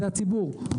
הציבור.